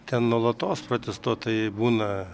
ten nuolatos protestuotojai būna